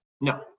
no